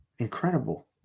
incredible